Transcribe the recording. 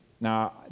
Now